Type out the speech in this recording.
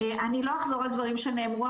אני לא אחזור על דברים שנאמרו,